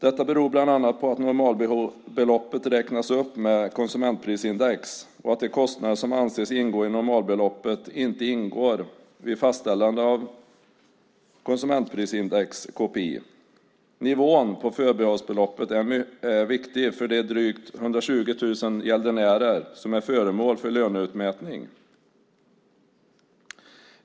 Detta beror bland annat på att normalbeloppet räknas upp med konsumentprisindex, KPI, och att de kostnader som anses ingå i normalbeloppet inte ingår vid fastställandet av KPI. Nivån på förbehållsbeloppet är mycket viktig för de drygt 120 000 gäldenärer som är föremål för löneutmätning.